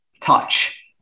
touch